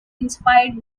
inspired